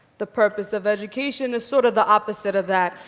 the purpose of education is sort of the opposite of that.